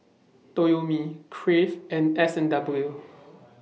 Toyomi Crave and S and W